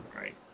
Right